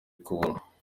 kubona